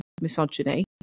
misogyny